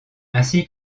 ainsi